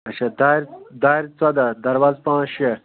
اَچھا دارِ ژۄداہ دروازٕ پانٛژھ شےٚ